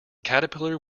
caterpillar